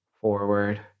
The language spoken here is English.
forward